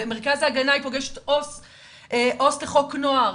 במרכז ההגנה היא פוגעת עו"סית לחוק הנוער,